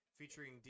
featuring